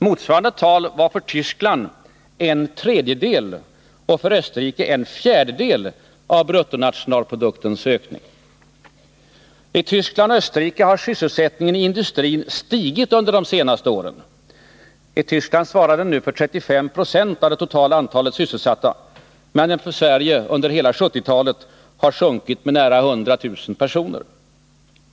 Motsvarande tal var för Västtyskland en tredjedel och för Österrike en fjärdedel av bruttonationalproduktens ökning. I Västtyskland och Österrike har sysselsättningen i industrin stigit under de senaste åren. I Västtyskland svarar den nu för 35 90 av det totala antalet sysselsatta, medan den i Sverige under hela 1970-talet har sjunkit med nära 100 000 personer.